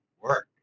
work